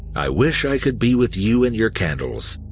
i wish i could be with you and your candles.